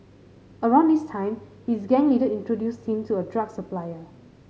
around this time his gang leader introduced him to a drug supplier